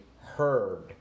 heard